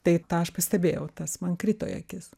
tai tą aš pastebėjau tas man krito į akis